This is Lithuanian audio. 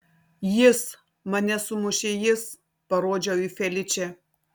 jis mane sumušė jis parodžiau į feličę